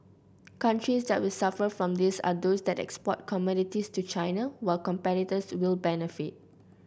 countries that will suffer from this are those that export commodities to China while competitors will benefit